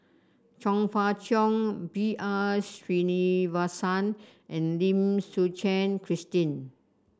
Chong Fah Cheong B R Sreenivasan and Lim Suchen Christine